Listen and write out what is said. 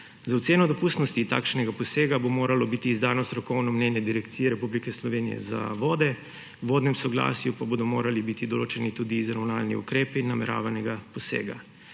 Za oceno dopustnosti takšnega posega bo moralo biti izdano strokovno mnenje Direkcije Republike Slovenije za vode. V vodnem soglasju pa bodo morali biti določeni tudi izravnalni ukrepi nameravanega posega.